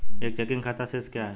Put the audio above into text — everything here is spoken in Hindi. एक चेकिंग खाता शेष क्या है?